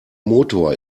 motor